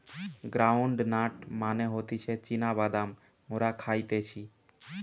ground nut মানে হতিছে চীনা বাদাম মোরা খাইতেছি